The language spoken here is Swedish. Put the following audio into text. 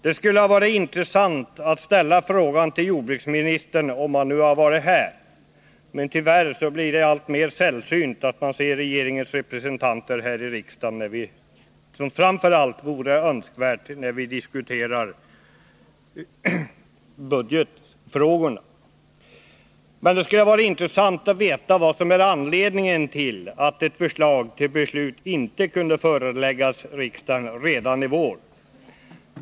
Jag skulle ha ställt en fråga till jordbruksministern, om han hade varit närvarande, men tyvärr blir det alltmera ovanligt att man ser regeringens representanter här i riksdagen. Deras närvaro i kammaren är naturligtvis särskilt önskvärd när vi diskuterar budgetfrågorna. Det skulle vara intressant att veta anledningen till att förslag till beslut inte kunde föreläggas riksdagen redan i vår.